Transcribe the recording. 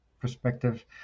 perspective